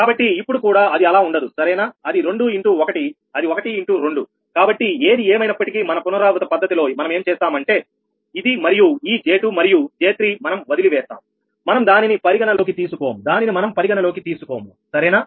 కాబట్టి ఇప్పుడు కూడా అది అలా ఉండదు సరేనా అది 2 ఇంటూ 1 అది 1 ఇంటూ 2కాబట్టి ఏది ఏమైనప్పటికీ మన పునరావృత పద్ధతి లో మనం ఏం చేస్తామంటే ఇది మరియు ఈ J2 మరియు J3 మనం వదిలివేస్తాం మనం దానిని పరిగణనలోకి తీసుకోము దానిని మనం పరిగణనలోకి తీసుకోము సరేనా